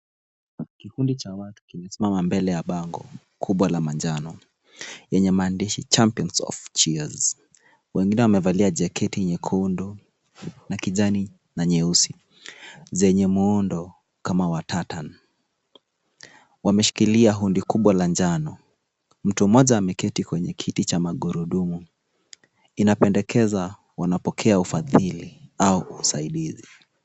Kikundi cha watu kimesimama mbele ya bango kubwa la manjano lenye maandishi champions of chills , wengine wamevalia jaketi nyekundu na kijani na nyeusi zenye muundo kama wa tatani, wameshikilia hundi kubwa la njano, mtu mmoja ameketi kwenye kiti cha magurudumu, inapendekeza wanapokea ufadhili au usaidizi.